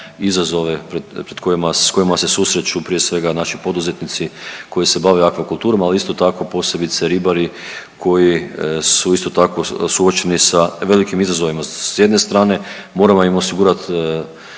kojima, s kojima se susreću, prije svega naši poduzetnici koji se bave akvakulturom, ali isto tako, posebice ribari koji su isto tako, suočeni sa velikim izazovima s jedne strane, moramo im osigurati